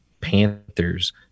panthers